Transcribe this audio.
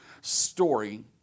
story